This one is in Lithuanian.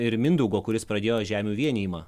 ir mindaugo kuris pradėjo žemių vienijimą